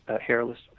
hairless